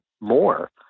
more